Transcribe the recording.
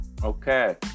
okay